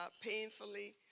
painfully